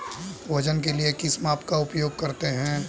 वजन के लिए किस माप का उपयोग करते हैं?